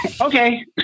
Okay